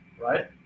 right